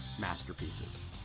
masterpieces